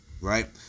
right